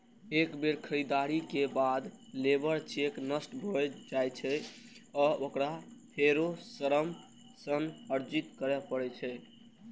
एक बेर खरीदारी के बाद लेबर चेक नष्ट भए जाइ छै आ ओकरा फेरो श्रम सँ अर्जित करै पड़ै छै